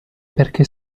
perché